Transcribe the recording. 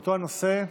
באותו נושא.